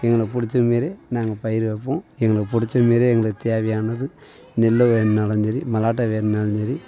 எங்கன பிடிச்ச மாரியே நாங்கள் பயிர் வைப்போம் எங்களுக்கு பிடிச்ச மாரியே எங்களுக்கு தேவையானது நெல் வேணும்ன்னாலும் சரி மல்லாட்டை வேணும்ன்னாலும் சரி